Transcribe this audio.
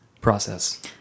process